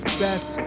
best